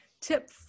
Tip